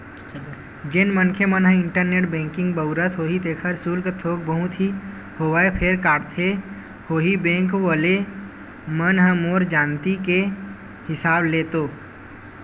जेन मनखे मन ह इंटरनेट बेंकिग बउरत होही तेखर सुल्क थोक बहुत ही होवय फेर काटथे होही बेंक वले मन ह मोर जानती के हिसाब ले तो